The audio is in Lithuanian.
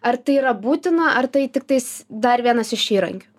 ar tai yra būtina ar tai tiktais dar vienas iš įrankių